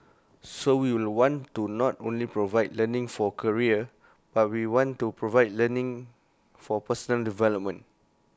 so we will want to not only provide learning for career but we want to provide learning for personal development